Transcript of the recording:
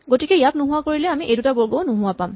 গতিকে ইয়াক নোহোৱা কৰিলে আমি এই দুটা বৰ্গও নোহোৱা পাম